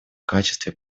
качестве